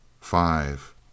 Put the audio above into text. five